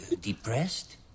depressed